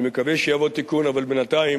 אני מקווה שיבוא תיקון, אבל בינתיים